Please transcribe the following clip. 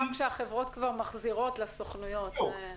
גם כשהחברות כבר מחזירות לסוכנויות.